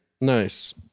Nice